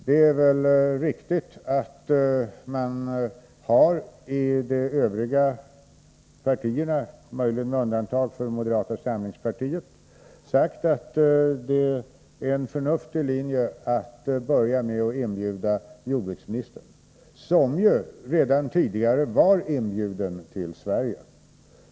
Det är ostridigt att man från de övriga partiernas sida, möjligen med undantag för moderata samlingspartiet, sagt att det är en förnuftig linje att börja med att inbjuda jordbruksministern, som ju redan tidigare var inbjuden till Sverige.